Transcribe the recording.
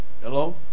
Hello